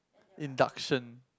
induction